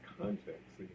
context